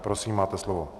Prosím, máte slovo.